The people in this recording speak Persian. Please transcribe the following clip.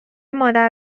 مادر